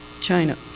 China